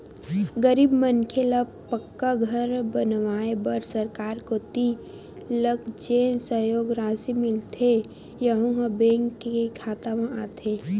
गरीब मनखे ल पक्का घर बनवाए बर सरकार कोती लक जेन सहयोग रासि मिलथे यहूँ ह बेंक के खाता म आथे